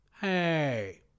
hey